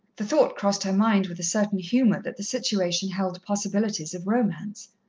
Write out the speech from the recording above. the thought crossed her mind, with a certain humour, that the situation held possibilities of romance.